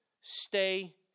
stay